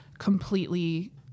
Completely